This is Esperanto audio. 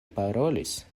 parolis